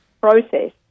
process